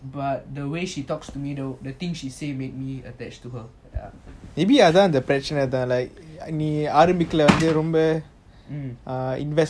but the way she talks to me though the thing she say made me attached to her ya